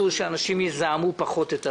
שאנשים יזהמו פחות את האוויר,